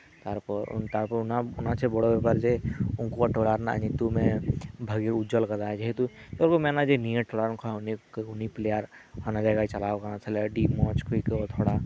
ᱛᱟᱨᱯᱚᱨ ᱚᱱᱟ ᱪᱮᱭᱮ ᱵᱚᱲᱚ ᱵᱮᱯᱟᱨ ᱡᱮ ᱩᱱᱠᱩᱣᱟᱜ ᱴᱚᱞᱟ ᱨᱮᱭᱟᱜ ᱧᱩᱛᱩᱢᱮᱭ ᱩᱡᱡᱚᱞ ᱟᱠᱟᱫᱟ ᱡᱮᱦᱮᱛᱩ ᱡᱟᱦᱟᱸᱭ ᱜᱮᱠᱚ ᱢᱮᱱᱟ ᱡᱮ ᱱᱤᱭᱟᱹ ᱴᱚᱞᱟ ᱨᱮᱱ ᱦᱟᱹᱱᱤ ᱯᱞᱮᱭᱟᱨ ᱦᱟᱱᱟ ᱡᱟᱭᱜᱟᱭ ᱪᱟᱞᱟᱣ ᱟᱠᱟᱱᱟ ᱛᱟᱞᱦᱮ ᱟᱹᱰᱤ ᱢᱚᱸᱡᱽ ᱠᱚ ᱟᱹᱭᱠᱟᱹᱣᱟ ᱛᱷᱚᱲᱟ